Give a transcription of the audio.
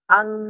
ang